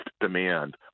demand